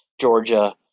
Georgia